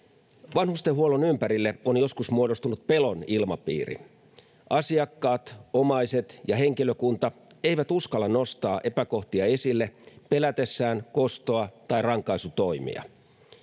vanhustenhuollon ympärille on joskus muodostunut pelon ilmapiiri asiakkaat omaiset ja henkilökunta eivät uskalla nostaa epäkohtia esille pelätessään kostoa tai rankaisutoimia